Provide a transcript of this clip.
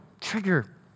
trigger